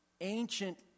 ancient